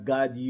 God